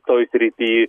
toj srity